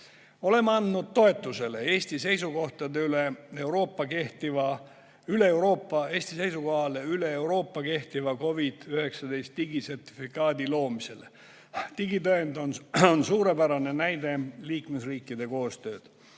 Oleme andnud toetuse Eesti seisukohale üle Euroopa kehtiva COVID-19 digisertifikaadi loomisele. Digitõend on suurepärane näide liikmesriikide koostööst.